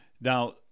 Now